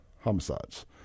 homicides